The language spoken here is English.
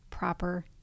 proper